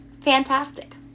fantastic